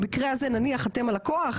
במקרה הזה נניח אני אחת עם הלקוח,